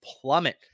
plummet